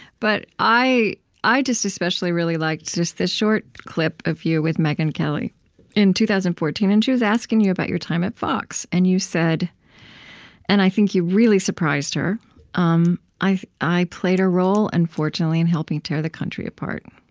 but i i just especially really liked just the short clip of you with megyn kelly in two thousand and fourteen. and she was asking you about your time at fox, and you said and i think you really surprised her um i i played a role, unfortunately, in helping tear the country apart.